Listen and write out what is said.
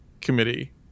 committee